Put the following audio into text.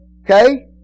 Okay